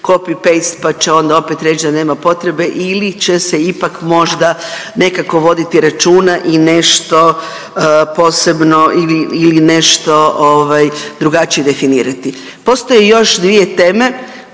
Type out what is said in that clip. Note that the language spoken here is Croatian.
copy paste pa će onda opet reći da nema potrebe ili će se ipak možda nekako voditi računa i nešto posebno ili nešto ovaj drugačije definirati. Postoje još dvije teme